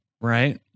right